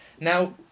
Now